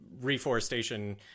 Reforestation